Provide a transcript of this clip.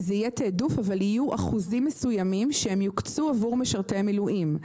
זה יהיה תעדוף אבל יהיו אחוזים מסוימים שיוקצו עבור משרתי מילואים.